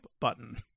button